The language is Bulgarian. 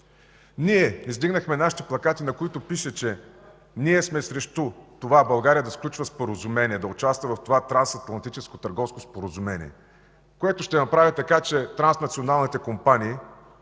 Издигнахме нашите плакати, на които пише, че сме срещу това България да сключва споразумение, да участва в това Трансатлантическо търговско споразумение, което ще направи така, че транснационалните компании